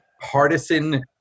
partisan